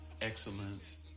excellence